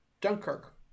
Dunkirk